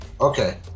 Okay